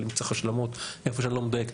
אבל אם צריך השלמות איפה שאני לא מדייק,